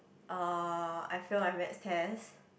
uh I fail my Maths test